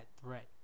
threat